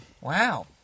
Wow